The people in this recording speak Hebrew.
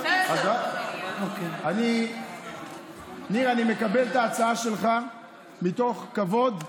אני מקבל את ההצעה שלך מתוך כבוד.